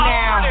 now